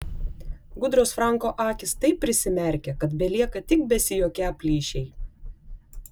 gudrios franko akys taip prisimerkia kad belieka tik besijuokią plyšiai